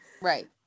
Right